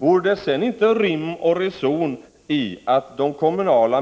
Vore det sedan inte rim och reson i att de kommunala